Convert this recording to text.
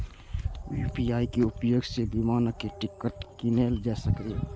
UPI के उपयोग सं विमानक टिकट कीनल जा सकैए